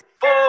four